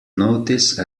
notice